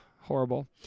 Horrible